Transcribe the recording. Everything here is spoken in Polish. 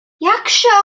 jakże